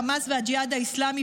חמאס והג'יהאד האסלאמי,